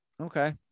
okay